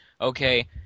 Okay